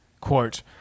quote